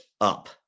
up